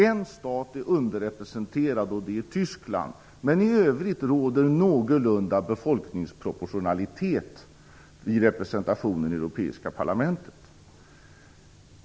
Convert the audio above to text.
En stat är underrepresenterad, och det är Tyskland, men i övrigt råder någorlunda befolkningsproportionalitet vid representationen i det europeiska parlamentet.